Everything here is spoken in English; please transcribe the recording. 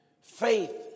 Faith